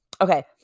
Okay